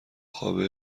خوابه